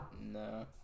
No